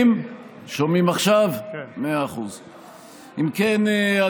אם כן,